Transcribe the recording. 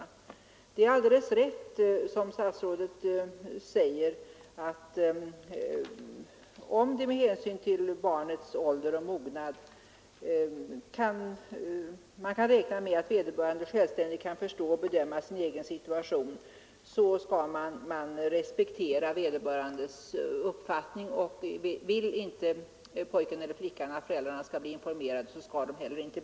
Men det är alldeles rätt som statsrådet säger, att om man med hänsyn till elevens ålder och mognad kan räkna med att han eller hon självständigt kan förstå och bedöma sin situation, så skall elevens uppfattning respekteras. Vill inte pojken eller flickan att föräldrarna skall bli informerade, så skall de inte heller bli det.